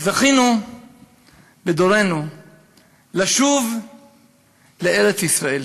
זכינו בדורנו לשוב לארץ-ישראל.